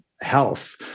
health